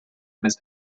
missed